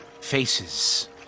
faces